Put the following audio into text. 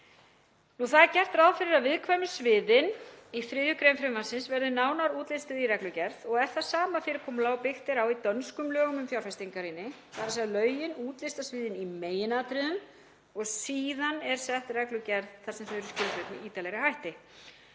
Það er gert ráð fyrir að viðkvæmu sviðin í 3. gr. frumvarpsins verði nánar útlistuð í reglugerð. Er það sama fyrirkomulag og byggt er á í dönskum lögum um fjárfestingarýni, þ.e. lögin útlista sviðin í meginatriðum og síðan er sett reglugerð þar sem þau eru skilgreind með ítarlegri hætti.